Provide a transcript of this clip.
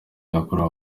yakorewe